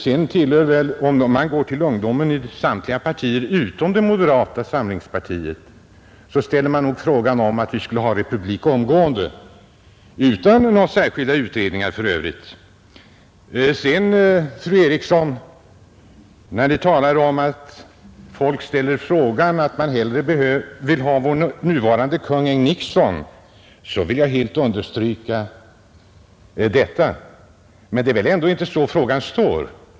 Om vi går till ungdomen i samtliga partier utom moderata samlingspartiet, vill man nog där att vi skall ha republik omgående, utan några särskilda utredningar för övrigt. Sedan, fru Eriksson, när Ni talar om att folk ställer frågan att man hellre vill ha vår nuvarande kung än Nixon, så vill jag helt understryka detta. Men det är väl ändå inte så frågan står.